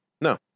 No